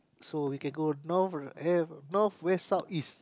so we can go north eh north west south east